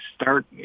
start